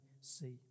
see